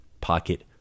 pocket